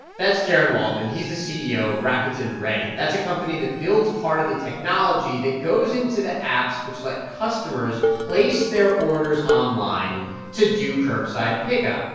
that's jaron waldman. he's the ceo of rakuten ready. that's a company that builds part of the technology that goes into the apps which let customers place their orders online to do curbside pickup.